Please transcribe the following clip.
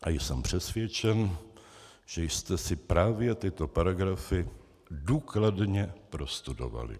A jsem přesvědčen, že jste si právě tyto paragrafy důkladně prostudovali.